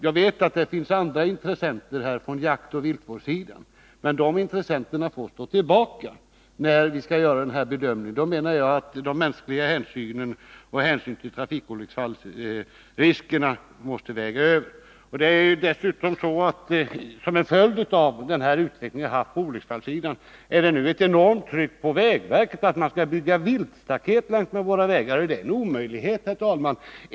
Jag vet att det finns andra intressenter, från jaktoch viltvårdssidan, men de får stå tillbaka när vi skall göra den här bedömningen. De mänskliga 51 hänsynen och hänsynen till trafikolycksfallsriskerna måste väga över. Som en följd av utvecklingen på olycksfallssidan är det nu ett enormt tryck på vägverket för att vägverket skall bygga viltstaket längs våra vägar. Och det är en omöjlighet, herr talman.